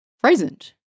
present